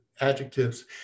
adjectives